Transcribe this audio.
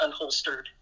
unholstered